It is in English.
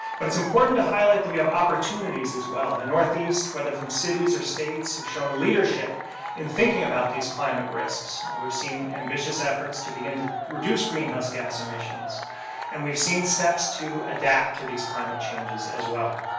but it's important to highlight that we have opportunities as well. the northeast, whether from cities or states have shown leadership in thinking about these climate risks. and we've seen ambitious efforts to begin to reduce greenhouse gas emissions and we've seen steps to adapt to these climate changes as well.